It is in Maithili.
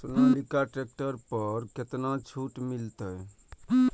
सोनालिका ट्रैक्टर पर केतना छूट मिलते?